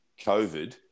COVID